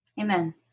Amen